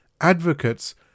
advocates